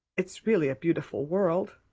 it's really a beautiful world.